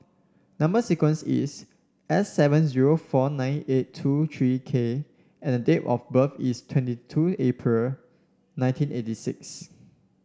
number sequence is S seven zero four nine eight two three K and date of birth is twenty two April nineteen eighty six